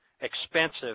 expensive